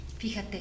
Fíjate